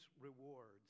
rewards